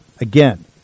Again